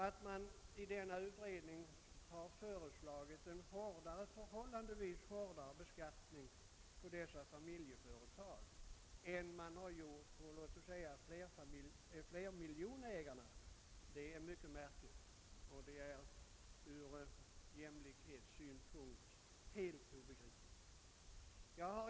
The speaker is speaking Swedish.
Att man i utredningen har föreslagit en förhållandevis hårdare skattebelastning på dessa familjeföretag än på flermiljonägarna är mycket märkligt och från jämlikhetssynpunkt helt obegripligt.